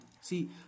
See